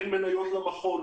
אין מניות למכון,